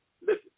listen